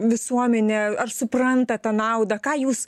visuomenė ar supranta tą naudą ką jūs